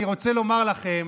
אני רוצה לומר לכם,